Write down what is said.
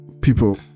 people